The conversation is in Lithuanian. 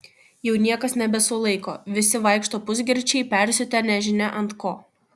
jau niekas nebesulaiko visi vaikšto pusgirčiai persiutę nežinia ant ko